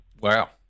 Wow